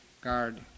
Guard